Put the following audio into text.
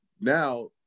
now